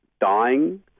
dying